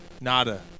Nada